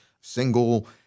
single